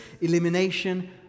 Elimination